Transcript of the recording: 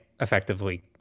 effectively